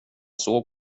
såg